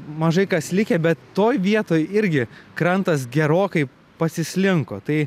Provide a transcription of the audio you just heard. mažai kas likę bet toj vietoj irgi krantas gerokai pasislinko tai